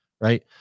right